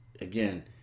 Again